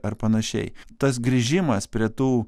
ar panašiai tas grįžimas prie tų